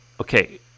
Okay